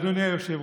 אדוני היושב-ראש?